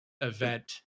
event